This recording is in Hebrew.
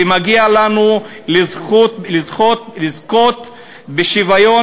ומגיע לנו לזכות בשוויון,